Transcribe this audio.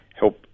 help